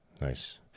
Nice